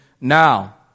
now